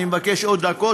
אני מבקש עוד דקות,